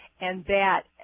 and that,